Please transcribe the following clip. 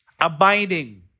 abiding